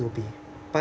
will be